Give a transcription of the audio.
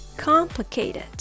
Complicated